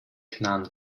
knarren